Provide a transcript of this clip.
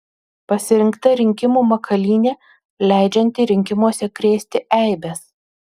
pasirinkta rinkimų makalynė leidžianti rinkimuose krėsti eibes